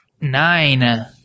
Nine